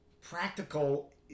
Practical